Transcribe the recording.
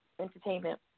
entertainment